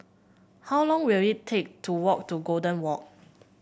how long will it take to walk to Golden Walk